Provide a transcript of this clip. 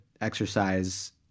exercise